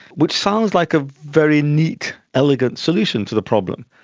which sounds like a very neat, elegant solution to the problem,